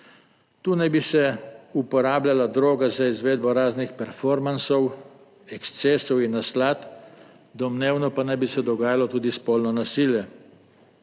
Tu naj bi se uporabljala droga za izvedbo raznih performansov, ekscesov in / nerazumljivo/ domnevno pa naj bi se dogajalo tudi spolno nasilje.